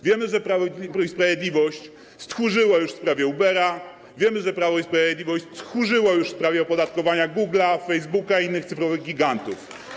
Wiemy, że Prawo i Sprawiedliwość stchórzyło już w sprawie Ubera, wiemy, że Prawo i Sprawiedliwość stchórzyło już w sprawie opodatkowania Google’a, Facebooka i innych cyfrowych gigantów.